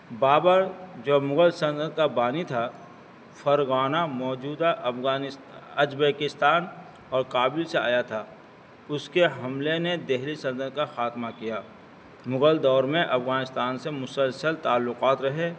بابر جو مغل سلطنت کا بانی تھا فرگانہ موجودہ افغان اجبیکستان اور کابل سے آیا تھا اس کے حملے نے دہلی سلطنت کا خاطمہ کیا مغل دور میں افغانستان سے مسلسل تعلقات رہے